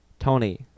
Tony